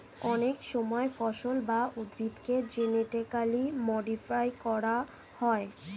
অনেক সময় ফসল বা উদ্ভিদকে জেনেটিক্যালি মডিফাই করা হয়